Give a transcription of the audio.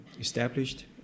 established